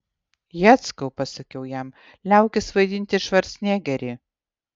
jackau pasakiau jam liaukis vaidinti švarcnegerį